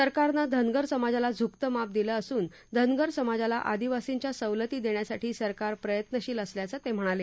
सरकारनं धनगर समाजाला झुकतं माप दिलं असून धनगर समाजाला आदिवासींच्या सवलती देण्यासाठी सरकार प्रयत्नशील असल्याच ते म्हणाले